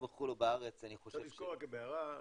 בהערה,